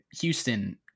Houston